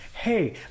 Hey